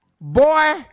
Boy